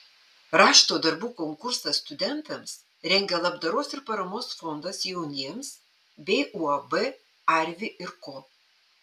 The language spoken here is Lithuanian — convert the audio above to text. rašto darbų konkursą studentams rengia labdaros ir paramos fondas jauniems bei uab arvi ir ko